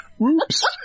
Oops